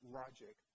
logic